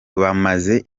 bamaze